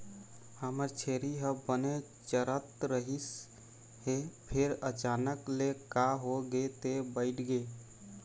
हमर छेरी ह बने चरत रहिस हे फेर अचानक ले का होगे ते बइठ गे